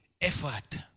effort